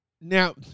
Now